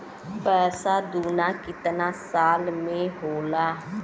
पैसा दूना कितना साल मे होला?